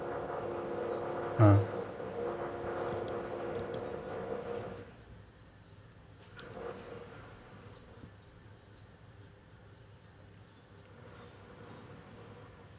uh